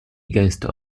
gęsto